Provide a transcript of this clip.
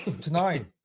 tonight